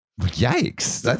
Yikes